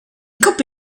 coppa